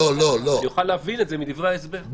אני אוכל להבין את זה מדברי ההסבר שהוגשו.